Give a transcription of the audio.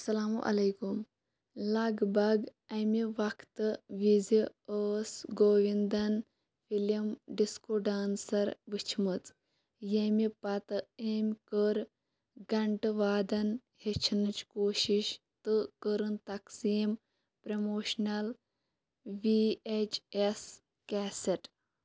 السلام علیکُم لَگ بَگ اَمہِ وَقتہٕ ویٖزِ ٲس گووِندَن فِلِم ڈِسکو ڈانسَر وٕچھمٕژ ییٚمہِ پَتہٕ أمۍ کٔر گھنٹہٕ وادَن ہیٚچھنٕچ کوٗشِش تہٕ کٔرٕن تقسیٖم promotional V H S cassette